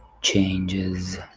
changes